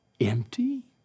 empty